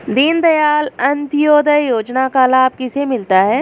दीनदयाल अंत्योदय योजना का लाभ किसे मिलता है?